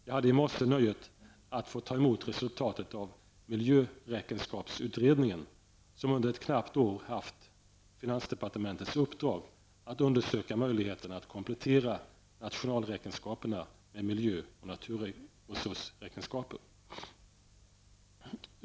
Jag hade i morse nöjet att få ta emot resultatet av miljöräkenskapsutredningen, som under knappt ett år haft finansdepartementets uppdrag att undersöka möjligheterna att komplettera nationalräkenskaperna med miljö och naturresursräkenskaperna.